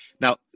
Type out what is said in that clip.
Now